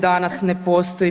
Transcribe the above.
Danas ne postoji.